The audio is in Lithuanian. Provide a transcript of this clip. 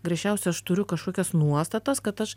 griežčiausiai aš turiu kažkokios nuostatas kad aš